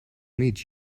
meet